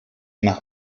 nach